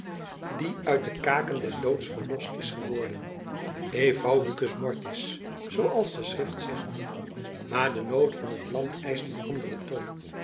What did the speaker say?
die uit de kaken des doods verlost is geworden e faucibus mortis zooals de schrift zegt maar de nood van het land eischt een anderen toon